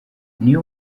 niyo